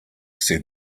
said